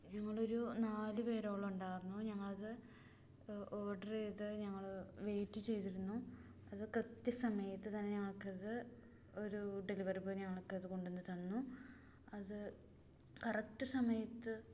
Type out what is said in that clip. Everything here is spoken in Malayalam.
ഞങ്ങളൊരു നാലുപേരോളം ഉണ്ടായിരുന്നു ഞങ്ങളത് ഓർഡർ ചെയ്ത് ഞങ്ങൾ വെയിറ്റ് ചെയ്തിരുന്നു അത് കൃത്യസമയത്തുതന്നെ ഞങ്ങൾക്കത് ഒരു ഡെലിവറി ബോയി ഞങ്ങൾക്കത് കൊണ്ടുവന്നുതന്നു അത് കറക്റ്റ് സമയത്ത്